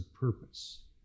purpose